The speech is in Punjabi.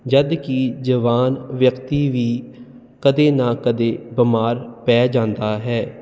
ਜਦ ਕਿ ਜਵਾਨ ਵਿਅਕਤੀ ਵੀ ਕਦੇ ਨਾ ਕਦੇ ਬਿਮਾਰ ਪੈ ਜਾਂਦਾ ਹੈ